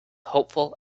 hopeful